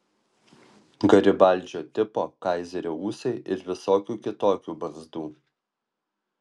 garibaldžio tipo kaizerio ūsai ir visokių kitokių barzdų